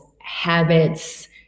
habits